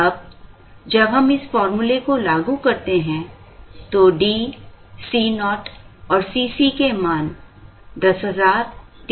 अब जब हम इस फॉर्मूले को लागू करते हैं तो D C naught और C c के मान 10000 300 और 4 हैं